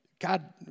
God